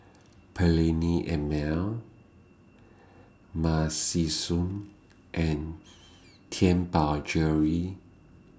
Perllini and Mel Narcissus and Tianpo Jewellery